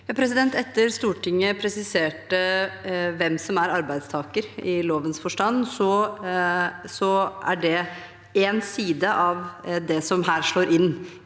Etter at Stortin- get presiserte hvem som er arbeidstaker, i lovens forstand, er det en side av det som her slår inn